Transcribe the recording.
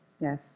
Yes